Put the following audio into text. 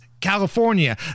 California